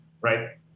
right